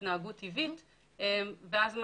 ההתנהגות הטבעית של חזיר